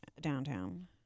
downtown